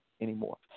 anymore